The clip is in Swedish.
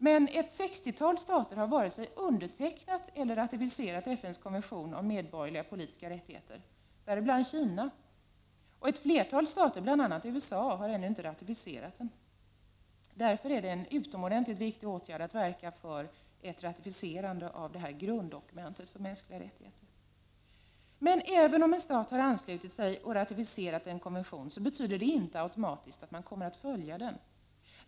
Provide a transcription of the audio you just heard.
Men ett sextiotal stater har varken undertecknat eller ratificerat FN:s konvention om medborgerliga och politiska rättigheter, däribland Kina, och ett flertal stater — bl.a. USA — har ännu inte ratificerat den. Därför är det en utomordentligt viktig åtgärd att verka för ett ratificerande av detta grunddokument för de mänskliga rättigheterna. Men även om en stat har anslutit sig och ratificerat en konvention betyder detta inte automatiskt att man kommer att följa den.